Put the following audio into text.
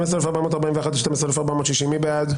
12,381 עד 12,400, מי בעד?